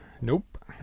nope